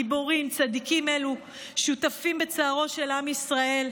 גיבורים צדיקים אלו שותפים בצערו של עם ישראל,